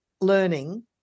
learning